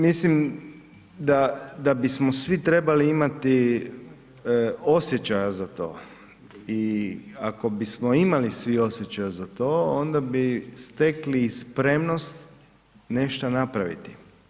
Mislim da bismo svi trebali imati osjećaja za to i ako bismo imali svi osjećaja za to onda bi stekli i spremnost nešto napraviti.